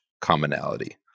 commonality